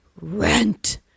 rent